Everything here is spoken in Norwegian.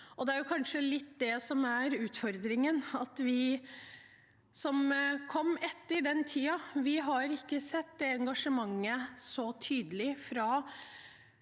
Det er kanskje litt det som er utfordringen, at vi som kom etter den tiden, ikke har sett det engasjementet så tydelig fra